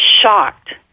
shocked